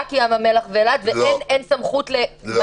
רק ים המלח ואילת, ואין סמכות ---?